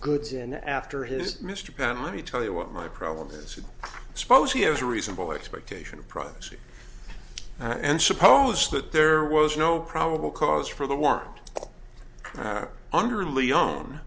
goods in after his mr benn let me tell you what my problem is suppose he has a reasonable expectation of privacy and suppose that there was no probable cause for the warrant under le